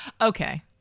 okay